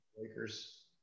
Lakers